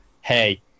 hey